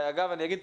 ואגב אני אגיד,